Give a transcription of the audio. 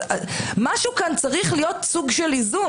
משהו כאן צריך להיות סוג של איזון.